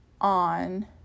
on